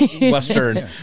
Western